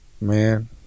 Man